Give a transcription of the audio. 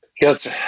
Yes